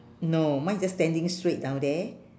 no mine is just standing straight down there